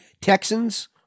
Texans